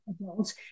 adults